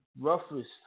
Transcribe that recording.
roughest